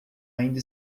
ainda